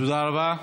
תודה רבה.